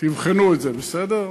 תבחנו את זה, בסדר?